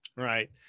Right